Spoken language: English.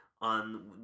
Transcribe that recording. on